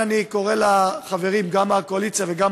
אם אנחנו